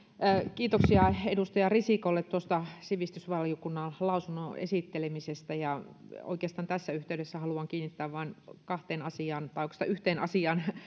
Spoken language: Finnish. kiitoksia edustaja risikolle tuosta sivistysvaliokunnan lausunnon esittelemisestä oikeastaan tässä yhteydessä haluan kiinnittää huomiota vain kahteen asiaan tai oikeastaan yhteen asiaan